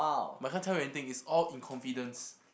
but I can't tell you anything it's all in confidence